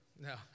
No